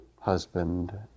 husband